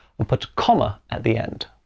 and put a comma at the end.